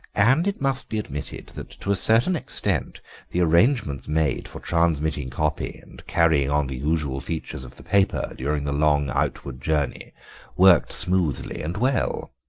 and it must be admitted that to a certain extent the arrangements made for transmitting copy and carrying on the usual features of the paper during the long outward journey worked smoothly and well.